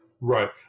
Right